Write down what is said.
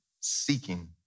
seeking